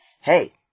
hey